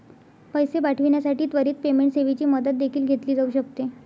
पैसे पाठविण्यासाठी त्वरित पेमेंट सेवेची मदत देखील घेतली जाऊ शकते